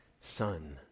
son